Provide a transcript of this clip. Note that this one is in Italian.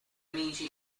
amici